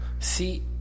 See